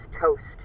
toast